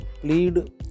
plead